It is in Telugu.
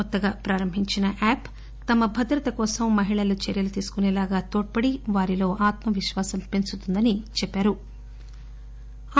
కొత్తగా ప్రారంభించిన యాప్ తమ భద్రత కోసం మహిళలు చర్చలు తీసుకునేలాగా తోడ్పడి వారిలో ఆత్సవిశ్వాసం పెంచుతుందని ఆయన చెప్పారు